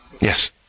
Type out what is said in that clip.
yes